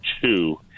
two